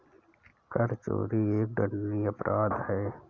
कर चोरी एक दंडनीय अपराध है